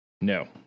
No